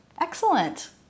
Excellent